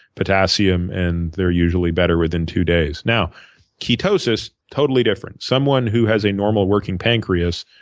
potassium, and they're usually better within two days. now ketosis, totally different. someone who has a normal working pancreas